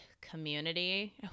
community